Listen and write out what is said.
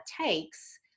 takes